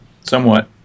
somewhat